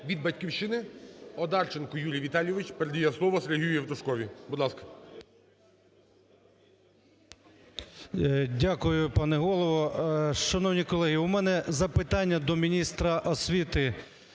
Від "Батьківщини" Одарченко Юрій Вітайович передає слово Сергію Євтушкові.